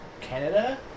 canada